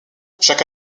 chaque